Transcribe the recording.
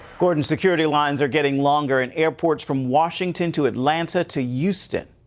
gordon, security lines are getting longer, in airports from washington to atlanta to yeah houston.